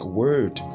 word